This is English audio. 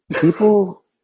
People